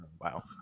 wow